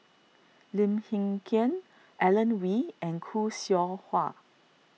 Lim Hng Kiang Alan Oei and Khoo Seow Hwa